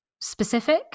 specific